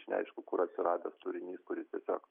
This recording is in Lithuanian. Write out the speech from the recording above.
iš neaišku kur atsiradęs turinys kuris tiesiog